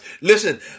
Listen